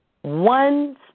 one